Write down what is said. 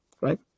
Right